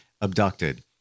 abducted